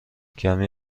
کمی